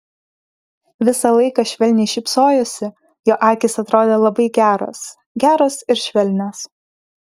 visą laiką švelniai šypsojosi jo akys atrodė labai geros geros ir švelnios